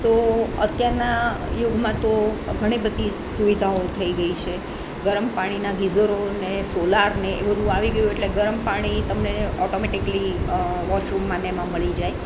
તો અત્યારના યુગમાં તો ઘણી બધી સુવિધાઓ થઈ ગઈ છે ગરમ પાણીના ગિઝરોને સોલારને એ બધું આવી ગયું એટલે ગરમ પાણી તમને ઓટોમેટિકલી વોશરૂમમાં અને એમાં મળી જાય